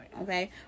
Okay